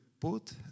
put